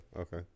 okay